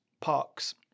parks